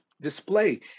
display